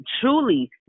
truly